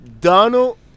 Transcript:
Donald